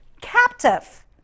captive